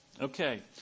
Okay